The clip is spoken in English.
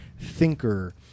thinker